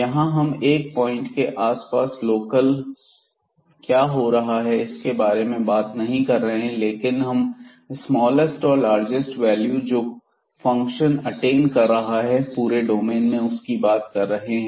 यहां हम 1 पॉइंट के आसपास लोकल क्या हो रहा है इसके बारे में बात नहीं कर रहे हैं लेकिन हम स्मालेस्ट और लार्जेस्ट वैल्यू जो फंक्शन अटेन कर रहा है पूरे डोमेन में उसकी बात कर रहे हैं